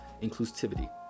inclusivity